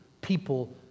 people